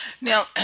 Now